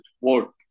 work